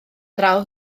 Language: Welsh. draw